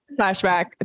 flashback